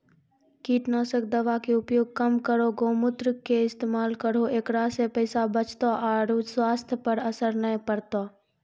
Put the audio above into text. कीटनासक दवा के उपयोग कम करौं गौमूत्र के इस्तेमाल करहो ऐकरा से पैसा बचतौ आरु स्वाथ्य पर असर नैय परतौ?